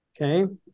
Okay